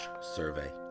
survey